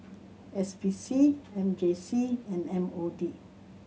S P C M J C and M O D